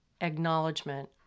acknowledgement